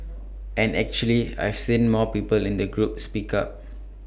and actually I've seen more people in that group speak up